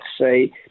say